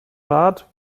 rat